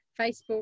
Facebook